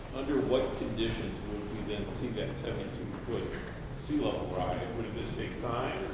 under what conditions will we then see that seventy two foot sea level rise. would it just take time